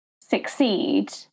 succeed